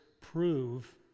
prove